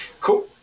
Cool